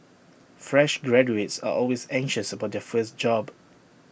fresh graduates are always anxious about their first job